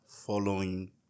following